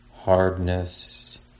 hardness